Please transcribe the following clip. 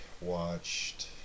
watched